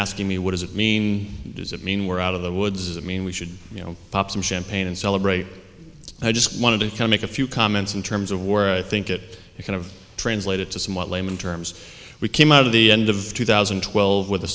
asking me what does it mean does that mean we're out of the woods i mean we should you know pop some champagne and celebrate i just wanted to make a few comments in terms of where i think it kind of translated to somewhat layman terms we came out of the end of two thousand and twelve with a